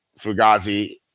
fugazi